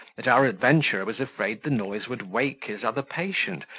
that our adventurer was afraid the noise would wake his other patient,